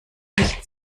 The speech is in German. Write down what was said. nicht